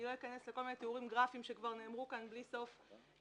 אני לא אכנס לכל מיני תיאורים גרפיים שכבר נאמרו כאן בלי סוף בוועדה,